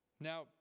Now